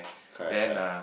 correct correct